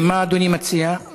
מה אדוני מציע?